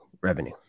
revenue